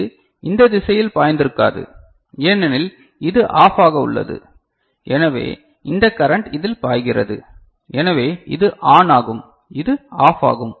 இது இந்த திசையில் பாய்ந்திருக்காது ஏனெனில் இது ஆஃபாக உள்ளது எனவே இந்த கரன்ட் இதில் பாய்கிறது எனவே இது ஆன் ஆகும் இது ஆஃப் ஆகும்